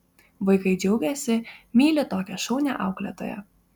vaikai džiaugiasi myli tokią šaunią auklėtoją